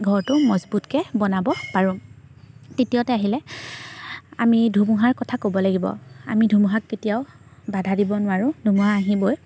ঘৰটো মজবুতকৈ বনাব পাৰোঁ তৃতীয়তে আহিলে আমি ধুমুহাৰ কথা ক'ব লাগিব আমি ধুমুহাক কেতিয়াও বাধা দিব নোৱাৰোঁ ধুমুহা আহিবই